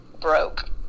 broke